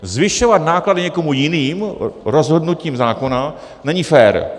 Zvyšovat náklady někomu jinému rozhodnutím zákona není fér.